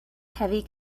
heavy